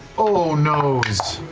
oh noes!